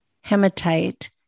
hematite